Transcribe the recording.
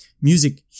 Music